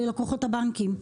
ללקוחות הבנקים.